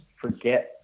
forget